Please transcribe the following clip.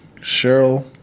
Cheryl